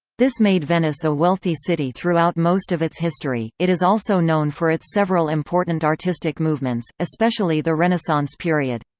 this made venice a wealthy city throughout most of its history it is also known for its several important artistic movements, especially the renaissance period.